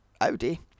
Audi